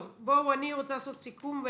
טוב, אני רוצה לעשות סיכום.